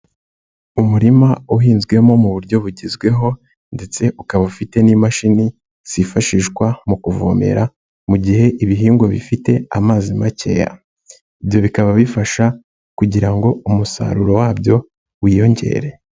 Umurima uhinzwemo mu buryo bugezweho ndetse ukaba ufite n'imashini zifashishwa mu kuvomera mu gihe ibihingwa bifite amazi makeya. Ibyo bikaba bifasha kugira ngo umusaruro wabyo wiyongere.